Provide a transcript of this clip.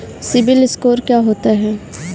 CIBIL score क्या होता है?